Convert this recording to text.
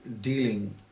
dealing